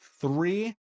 three